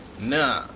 nah